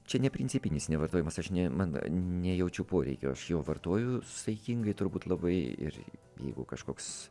čia ne principinis nevartojimas aš nė man nejaučiu poreikio aš jo vartoju saikingai turbūt labai ir jeigu kažkoks